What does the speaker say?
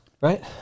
Right